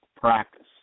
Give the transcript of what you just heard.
practice